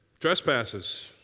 Trespasses